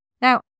Now